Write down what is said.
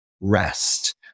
rest